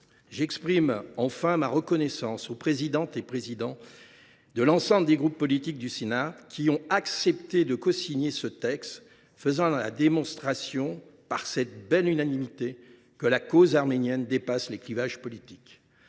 J’exprime enfin ma reconnaissance aux présidents de l’ensemble des groupes politiques du Sénat. Ils ont accepté de cosigner ce texte, faisant la démonstration, par cette belle unanimité, que la cause arménienne dépasse les clivages politiques.